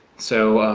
so